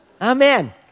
Amen